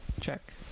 check